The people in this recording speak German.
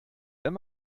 wenn